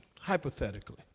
hypothetically